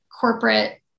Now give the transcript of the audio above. corporate